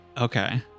Okay